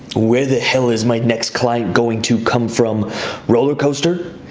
where the hell is my next client going to come from rollercoaster.